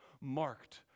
marked